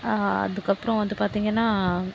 அதுக்கு அப்புறம் வந்து பார்த்திங்கன்னா